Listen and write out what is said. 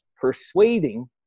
persuading